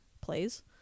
plays